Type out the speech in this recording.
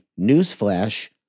newsflash